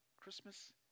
Christmas